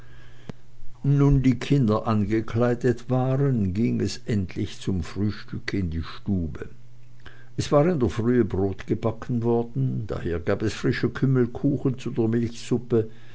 nun die kinder angekleidet waren ging es endlich zum frühstück in die stube es war in der frühe brot gebacken worden daher gab es frische kümmelkuchen zu der